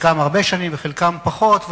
חלקם הרבה שנים וחלקם פחות,